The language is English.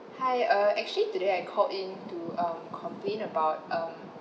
hi uh actually today I called in to um complain about um